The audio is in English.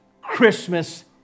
Christmas